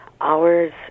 hours